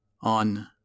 on